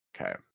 Okay